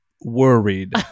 worried